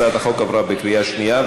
הצעת החוק עברה בקריאה שנייה.